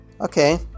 okay